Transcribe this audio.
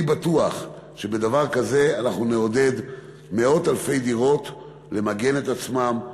אני בטוח שבדבר כזה אנחנו נעודד בעלי מאות אלפי דירות למגן את עצמם,